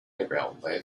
railway